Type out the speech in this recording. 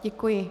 Děkuji.